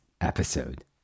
episode